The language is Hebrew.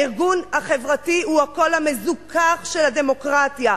הארגון החברתי הוא הקול המזוכך של הדמוקרטיה.